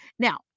Now